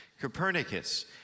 Copernicus